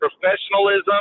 professionalism